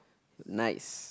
nice